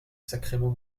sacrément